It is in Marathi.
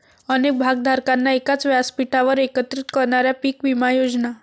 अनेक भागधारकांना एकाच व्यासपीठावर एकत्रित करणाऱ्या पीक विमा योजना